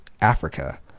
Africa